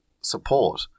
support